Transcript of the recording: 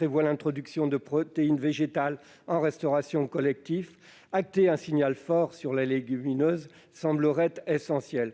vise à introduire des protéines végétales en restauration collective, acter un signal fort sur les légumineuses semble essentiel.